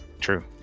True